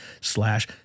slash